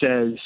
says